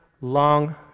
long